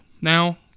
now